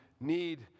need